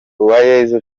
uwayezu